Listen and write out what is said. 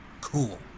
cool